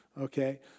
Okay